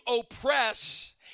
oppress